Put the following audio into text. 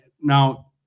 Now